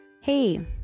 hey